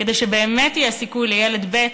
כדי שבאמת יהיה סיכוי לילד ב',